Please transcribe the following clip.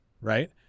right